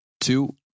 two